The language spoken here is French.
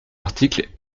article